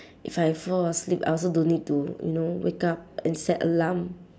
if I fall asleep I also don't need to you know wake up and set alarm